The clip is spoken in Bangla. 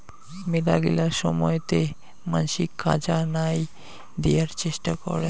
মেলাগিলা সময়তে মানসি কাজা নাই দিয়ার চেষ্টা করং